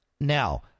now